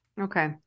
Okay